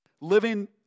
living